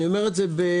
אני אומר את זה בידיעה,